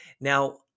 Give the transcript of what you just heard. Now